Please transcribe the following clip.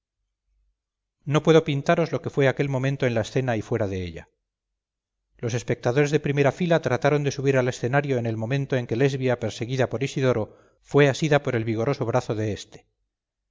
no puedo pintaros lo que fue aquel momento en la escena y fuera de ella los espectadores de primera fila trataron de subir al escenario en el momento en que lesbia perseguida por isidoro fue asida por el vigoroso brazo de éste